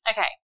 Okay